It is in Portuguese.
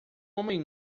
homem